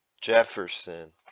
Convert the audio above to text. Jefferson